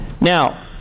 Now